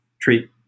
treat